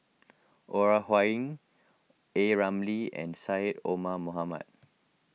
Ore Huiying A Ramli and Syed Omar Mohamed